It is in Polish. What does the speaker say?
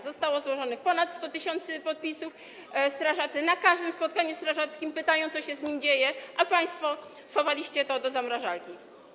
Zostało pod nim złożonych ponad 100 tys. podpisów, strażacy na każdym spotkaniu strażackim pytają, co się z nim dzieje, a państwo schowaliście go do zamrażarki.